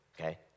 Okay